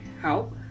help